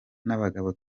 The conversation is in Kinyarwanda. n’abagabo